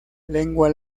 lengua